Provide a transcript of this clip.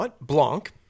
Blanc